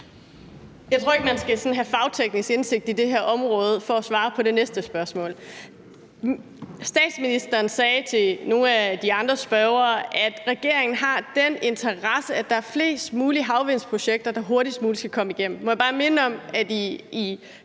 Jeg tror ikke, man sådan skal have fagteknisk indsigt i det her område for at svare på det næste spørgsmål. Statsministeren sagde til nogle af de andre spørgere, at regeringen har den interesse, at der er flest mulige havvindprojekter, der hurtigst muligt skal komme igennem. Må jeg bare minde om, at i